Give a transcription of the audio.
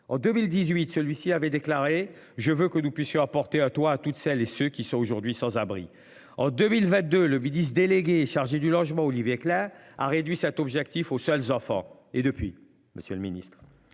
en 2018, celui-ci avait déclaré, je veux que nous puissions apporter à toi à toutes celles et ceux qui sont aujourd'hui sans abris. En 2022, le ministre délégué chargé du logement Olivier Klein a réduit cet objectif au seul enfant et depuis, Monsieur le Ministre.